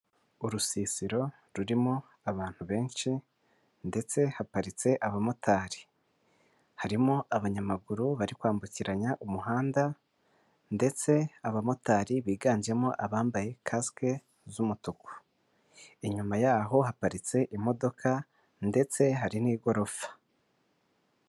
Urusisiro rurimo abantu benshi ndetse haparitse abamotari. Harimo abanyamaguru bari kwambukiranya umuhanda ndetse abamotari biganjemo abambaye kasike z'umutuku. Inyuma yaho haparitse imodoka ndetse hari n'igorofa.